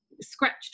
scratched